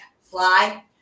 fly